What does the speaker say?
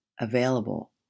available